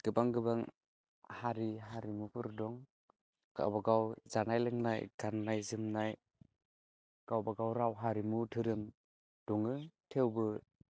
गोबां गोबां हारि हारिमुफोर दं गावबा गाव जानाय लोंनाय गान्नाय जोमन्नाय गावबा गाव राव हारिमु धोरोम दं थेवबो